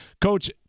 Coach